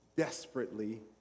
desperately